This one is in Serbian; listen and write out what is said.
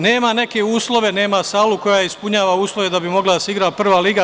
Nema neke uslove, nema salu koja ispunjava uslove da bi mogla da se igra prva igla.